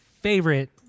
favorite